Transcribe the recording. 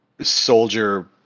soldier